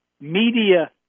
media